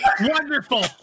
Wonderful